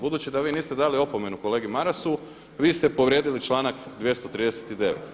Budući da vi niste dali opomenu kolegi Marasu vi ste povrijedili članak 239.